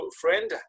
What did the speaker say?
friend